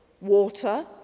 water